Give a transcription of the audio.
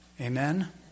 Amen